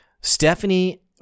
Stephanie